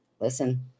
Listen